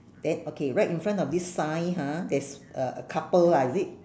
then okay right in front of this sign ha there's a a couple ah is it